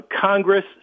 Congress